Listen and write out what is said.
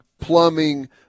plumbing